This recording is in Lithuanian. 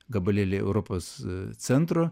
gabalėlį europos centro